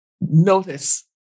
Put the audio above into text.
notice